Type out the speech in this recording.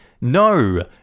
No